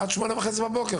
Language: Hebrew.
לדעתי,